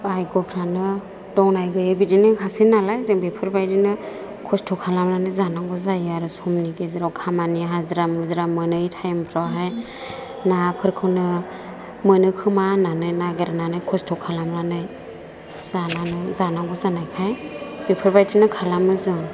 भायग'फ्रानो दंनाय गैयि बिदिनो खासै नालाय जों बेफोरबायदिनो खस्थ' खालामनानै जानांगौ जायो आरो समनि गेजेराव खामानि हाजिरा मुजिरा मोनै टायमफ्रावहाय नाफोरखौनो मोनोखोमा होननानै नागिरनानै खस्थ' खालामनानै जानांगौ जानायखाय बेफोरबायदिनो खालामो जों